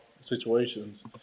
situations